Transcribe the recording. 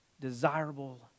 desirable